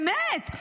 באמת,